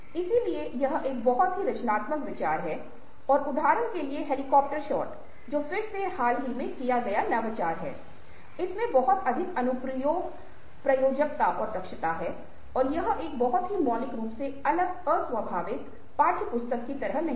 इसलिए यह एक बहुत ही रचनात्मक विचार था और उदाहरण के लिए हेलीकॉप्टर शॉट जो फिर से हाल ही में किया गया नवाचार है इसमें बहुत अधिक अनुप्रयोग प्रयोज्यता और दक्षता है और यह एक बहुत ही मौलिक रूप से अलग अस्वाभाविक पाठ्यपुस्तक के तरह की नाही है